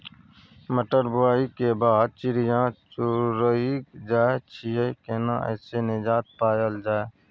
मटर बुआई के बाद चिड़िया चुइग जाय छियै केना ऐसे निजात पायल जाय?